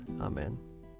Amen